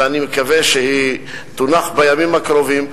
ואני מקווה שהיא תונח בימים הקרובים.